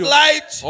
light